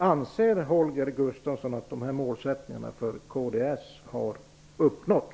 Anser Holger Gustafsson att dessa krav från kds har uppfyllts?